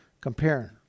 Comparing